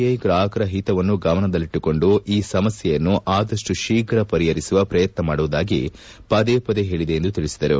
I ಗ್ರಾಹಕರ ಹಿತವನ್ನು ಗಮನದಲ್ಲಿಟ್ಟುಕೊಂಡು ಈ ಸಮಸ್ಕೆಯನ್ನು ಆದಪ್ಟು ಶೀಘ್ರ ಪರಿಪರಿಸುವ ಪ್ರಯತ್ನ ಮಾಡುವುದಾಗಿ ಪದೇ ಪದೇ ಹೇಳಿದೆ ಎಂದು ತಿಳಿಸಿದರು